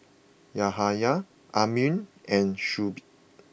Yahya Amrin and Shuib